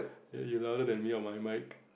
you louder than me on my mic